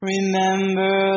Remember